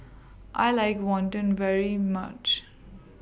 I like Wantan very much